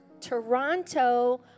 Toronto